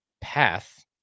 path